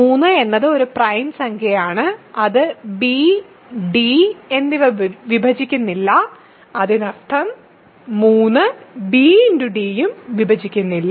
3 എന്നത് ഒരു പ്രൈം സംഖ്യയാണ് അത് b d എന്നിവ വിഭജിക്കുന്നില്ല അതിനർത്ഥം 3 bd യും വിഭജിക്കുന്നില്ല